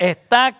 ¿Está